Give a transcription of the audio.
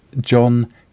John